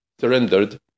surrendered